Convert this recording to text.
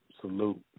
Salute